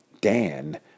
Dan